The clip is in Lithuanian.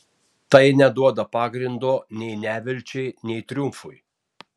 tai neduoda pagrindo nei nevilčiai nei triumfui